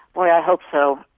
i ah hope so.